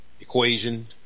equation